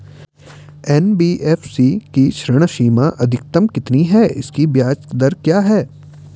NBFC की ऋण सीमा अधिकतम कितनी है इसकी ब्याज दर क्या है?